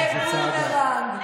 כבומרנג.